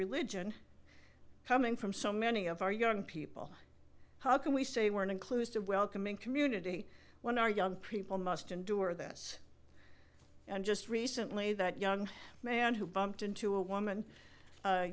religion coming from so many of our young people how can we say we're an inclusive welcoming community when our young people must endure this and just recently that young man who bumped into a woman